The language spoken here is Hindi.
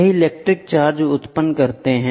यह इलेक्ट्रिक चार्ज उत्पन्न करता है